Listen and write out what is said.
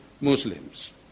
Muslims